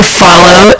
follow